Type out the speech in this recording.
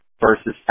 versus